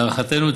להערכתנו,